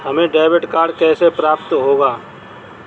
हमें debit card कैसे प्राप्त होगा?